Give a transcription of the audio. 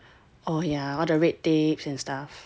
oh yeah all the red tapes and stuff